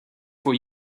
for